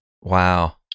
Wow